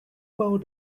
about